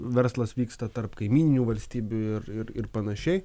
verslas vyksta tarp kaimyninių valstybių ir ir panašiai